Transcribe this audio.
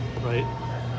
right